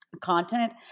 content